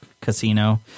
Casino